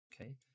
Okay